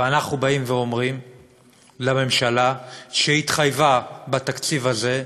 ואנחנו אומרים לממשלה, שהתחייבה בתקציב הזה,